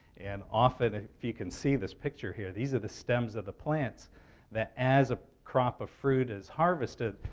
and often, if you can see this picture here these are the stems of the plants that as a crop of fruit is harvested,